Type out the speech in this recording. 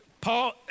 Paul